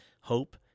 hope